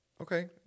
okay